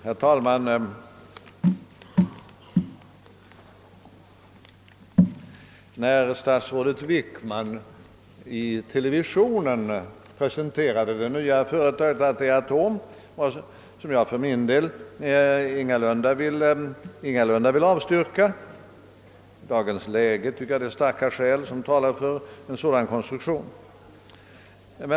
Herr talman! Statsrådet Wickman presenterade för en tid sedan i televisionen det nya företaget ASEA-ATOM, beträffande vilket jag för min del ingalunda vill avstyrka ett statligt engagemang. I dagens läge tycker jag att starka skäl talar för en sådan konstruktion.